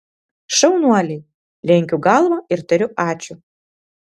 šaunuoliai lenkiu galvą ir tariu ačiū